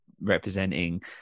representing